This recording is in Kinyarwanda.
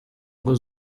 ngo